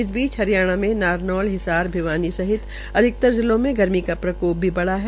इस बीच हरियाणा में नारनौल हिसार भिवानी सहित अधिकतर जिलों में गर्मी का प्रकोप भी बढ़ा है